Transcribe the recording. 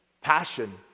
passion